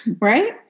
Right